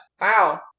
Wow